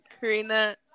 Karina